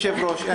אין יושב-ראש.